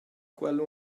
quella